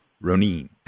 Ronin